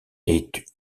est